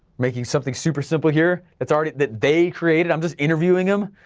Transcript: making something super simple here that's already, that they created, i'm just interviewing em,